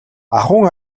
ахуйн